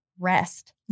rest